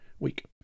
week